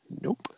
nope